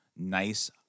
Nice